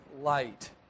light